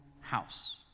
house